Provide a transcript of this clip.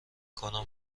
کنم